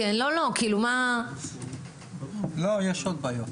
יש עוד בעיות.